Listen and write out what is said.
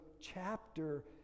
chapter